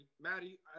Maddie